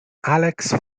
alex